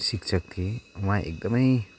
शिक्षक थिए उहाँ एकदमै